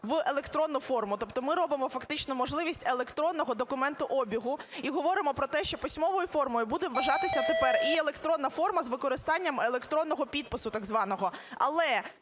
в електронну форму, тобто ми робимо фактично можливість електронного документообігу і говоримо про те, що письмовою формою буде вважатися тепер і електронна форма з використанням електронного підпису так званого. Але